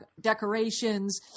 decorations